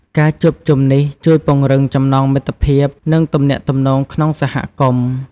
ការជួបជុំនេះជួយពង្រឹងចំណងមិត្តភាព និងទំនាក់ទំនងក្នុងសហគមន៍។